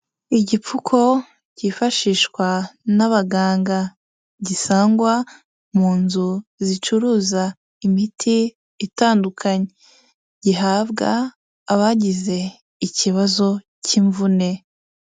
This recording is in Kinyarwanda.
Igipfuko cyifashishwa n'abaganga gisangwa mu nzu zicuruza imiti itandukanye, gihabwa abagize ikibazo cy'imvune.